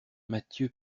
mathieu